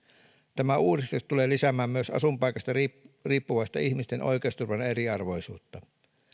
tämä uudistus tulee lisäämään asuinpaikasta riippuvaista ihmisten oikeusturvan eriarvoisuutta